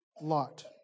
Lot